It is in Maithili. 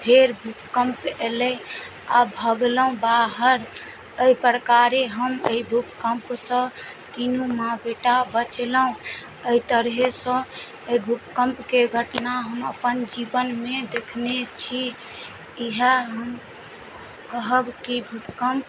फेर भूकम्प अयलै आ भागलहुॅं बाहर एहि प्रकारे हम एहि भूकम्प सँ तीनू माँ बेटा बचलहुॅं एहि तरहे सँ एहि भूकम्पके घटना हम अपन जीवनमे देखने छी इहए हम कहब कि भूकम्प